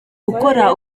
gukora